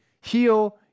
Heal